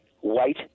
White